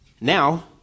Now